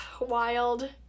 Wild